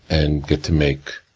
and get to make